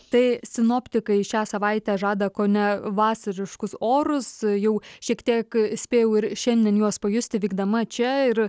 tai sinoptikai šią savaitę žada kone vasariškus orus jau šiek tiek spėjau ir šiandien juos pajusti vykdama čia ir